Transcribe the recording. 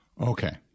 Okay